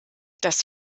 das